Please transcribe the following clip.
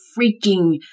freaking